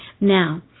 Now